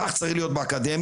כך צריך להיות באקדמיה,